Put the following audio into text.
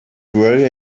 very